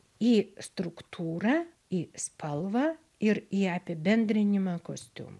į struktūrą į spalvą ir į apibendrinimą kostium